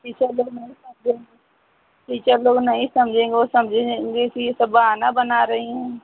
teacher लोग नहीं समझेंगे टीचर लोग नहीं समझेंगे वो समझेंगे कि ये सब बहाना बना रहीं हैं